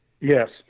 yes